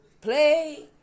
play